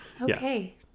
Okay